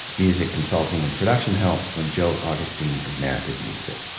music consulting and production help from joe augustine of narrative music.